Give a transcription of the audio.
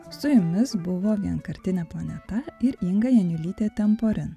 su jumis buvo vienkartinė planeta ir inga janiulytė temporin